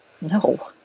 No